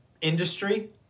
industry